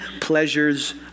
pleasures